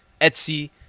Etsy